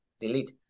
delete